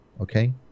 okay